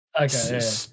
Okay